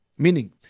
Meaning